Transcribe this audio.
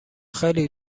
خیلی